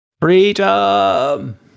Freedom